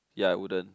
ya I wouldn't